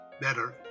better